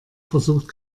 versucht